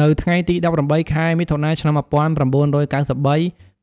នៅថ្ងៃទី១៨ ខែមិថុនា ឆ្នាំ១៩៩៣